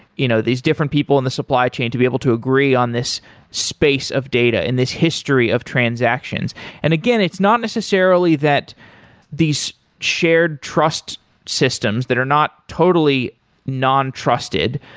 you know, these different people in the supply chain to be able to agree on this space of data in this history of transactions and again, it's not necessarily that these shared trust systems, that are not totally none trusted,